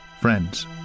friends